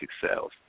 cells